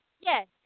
yes